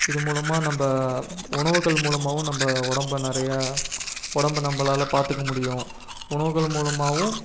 இது மூலமாக நம்ம உணவுகள் மூலமாகவும் நம்ம உடம்ப நிறையா உடம்ப நம்மளால பார்த்துக்க முடியும் உணவுகள் மூலமாகவும்